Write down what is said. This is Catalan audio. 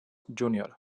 júnior